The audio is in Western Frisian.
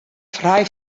frij